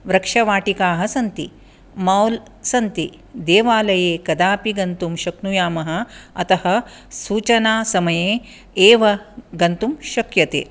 वृक्षवाटिकाः सन्ति मोल् सन्ति देवालये कदापि गन्तुं शक्नुयामः अतः सूचनासमये एव गन्तुं शक्यते